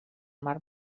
mar